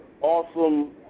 awesome